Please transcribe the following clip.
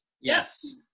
Yes